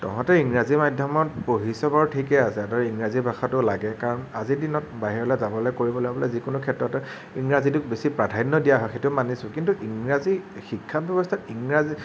তহঁতে ইংৰাজী মাধ্যমত পঢ়িছ বাৰু ঠিকে আছে ইংৰাজী ভাষাটো লাগে কাৰণ আজিৰ দিনত বাহিৰলে যাবলে কৰিবলে ইংৰাজীক বেছি প্ৰাধান্য দিয়া হয় সেইটো মানিছোঁ কিন্তু ইংৰাজী শিক্ষা ব্যৱস্থাত ইংৰাজী